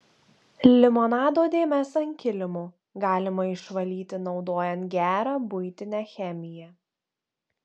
limonado dėmes ant kilimo galima išvalyti naudojant gerą buitinę chemiją